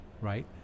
right